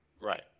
Right